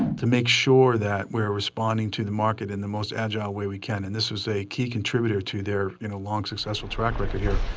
to make sure that we're responding to the market in the most agile way we can. and this was a key contributor, to their long, successful track record here,